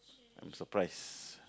I'm surprised